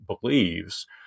believes